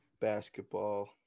basketball